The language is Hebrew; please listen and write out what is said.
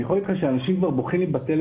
אני יכול להגיד לך שאנשים בוכים לי בטלפון,